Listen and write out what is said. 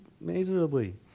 miserably